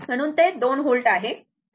म्हणून ते 2 व्होल्ट आहे